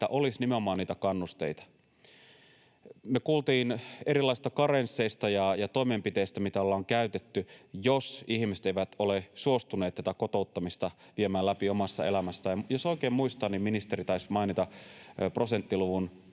että olisi nimenomaan niitä kannusteita. Me kuultiin erilaisista karensseista ja toimenpiteistä, mitä ollaan käytetty, jos ihmiset eivät ole suostuneet tätä kotouttamista viemään läpi omassa elämässään. Jos oikein muistan, ministeri taisi mainita prosenttiluvun